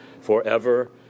forever